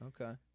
Okay